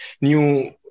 new